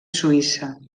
suïssa